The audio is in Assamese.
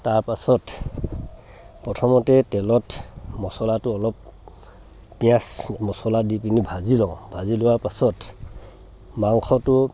তাৰপাছত প্ৰথমতেই তেলত মছলাটো অলপ পিঁয়াজ মছলা দি পিনি ভাজি লওঁ ভাজি লোৱাৰ পাছত মাংসটো